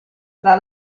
tra